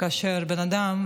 כאשר בן אדם,